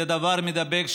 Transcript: זה דבר מידבק,